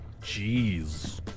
Jeez